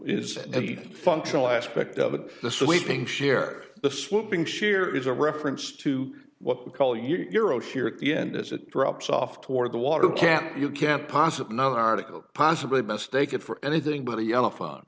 functional aspect of it the sweeping share the swooping share is a reference to what we call euro here at the end as it drops off toward the water can't you can't possibly know the article possibly mistake it for anything but a yellow phone